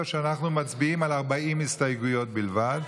שאנחנו מצביעים על 40 הסתייגויות בלבד.